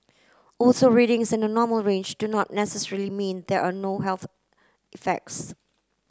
also readings in the normal range do not necessarily mean there are no health effects